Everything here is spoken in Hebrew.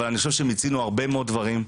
אבל אני חושב שמיצינו הרבה מאוד דברים.